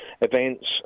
events